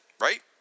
Right